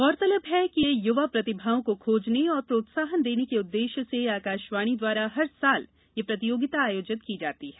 गौरतलब है कि युवा प्रमिभागियों को खोजने एवं प्रोत्साहन देने के उद्देष्य से आकाशवाणी द्वारा प्रतिवर्ष यह प्रतियोगिता आयोजित की जाती है